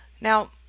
Now